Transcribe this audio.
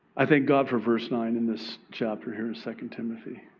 i thank god for verse nine in this chapter here in second timothy.